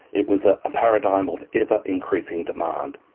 it was a ah paradigm of ever-increasing demand.